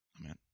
Amen